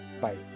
Bye